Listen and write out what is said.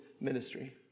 ministry